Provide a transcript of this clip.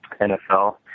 nfl